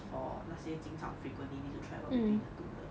for 那些经常 frequently need to travel between the two 的